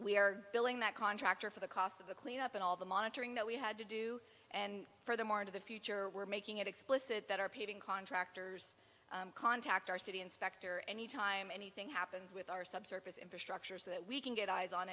we are billing that contractor for the cost of the cleanup and all of the monitoring that we had to do and furthermore into the future we're making it explicit that our paving contractors contact our city inspector any time anything happens with our subsurface infrastructure so that we can get eyes on